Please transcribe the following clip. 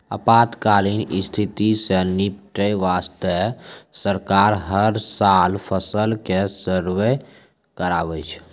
आपातकालीन स्थिति सॅ निपटै वास्तॅ सरकार हर साल फसल के सर्वें कराबै छै